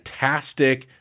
fantastic